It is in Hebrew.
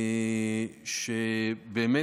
באמת,